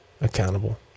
accountable